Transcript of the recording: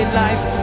life